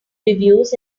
reviews